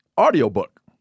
audiobook